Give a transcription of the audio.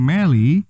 Melly